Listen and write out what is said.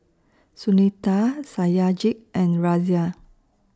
Sunita Satyajit and Razia